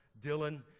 Dylan